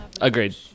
Agreed